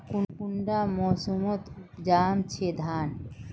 कुंडा मोसमोत उपजाम छै धान?